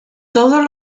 todos